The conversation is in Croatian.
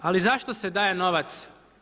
Ali zašto se daje novac?